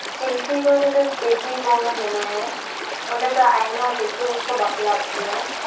ᱪᱤᱞᱠᱤᱜᱚᱲ ᱨᱮᱫᱚ ᱫᱮᱵᱤ ᱵᱚᱸᱜᱟ ᱢᱮᱱᱟᱭᱟ ᱚᱸᱰᱮ ᱫᱚ ᱟᱭᱢᱟ ᱫᱤᱠᱩ ᱠᱚᱠᱚ ᱵᱟᱯᱞᱟᱜ ᱜᱮᱭᱟ